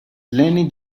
leanne